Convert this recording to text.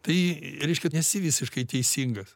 tai reiškia kad nesi visiškai teisingas